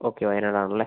okay Wayanad ആണല്ലേ